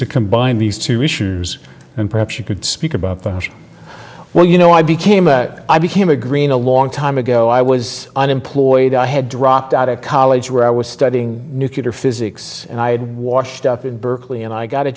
to combine these two issues and perhaps you could speak about well you know i became a i became a green a long time ago i was unemployed i had dropped out of college where i was studying nuclear physics and i had washed up in berkeley and i got a